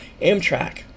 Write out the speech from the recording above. Amtrak